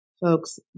folks